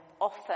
offer